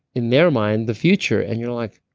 in their mind, the future and you're like,